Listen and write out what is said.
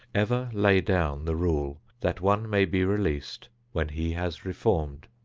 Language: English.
ever lay down the rule that one may be released when he has reformed.